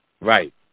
Right